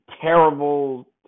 terrible